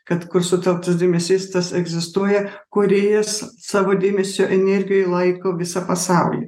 kad kur sutelktas dėmesys tas egzistuoja kūrėjas savo dėmesio energijoje laiko visą pasaulį